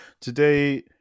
today